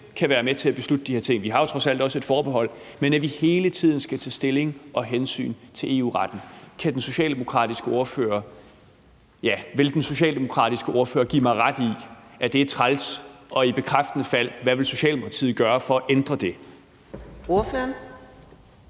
kan være med til at beslutte de her ting – vi har jo trods alt også et forbehold – men at vi hele tiden skal tage stilling og hensyn til EU-retten. Vil den socialdemokratiske ordfører give mig ret i, at det er træls, og hvad vil Socialdemokratiet i bekræftende fald gøre